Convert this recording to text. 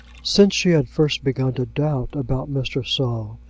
since she had first begun to doubt about mr. saul,